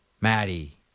Maddie